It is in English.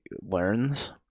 learns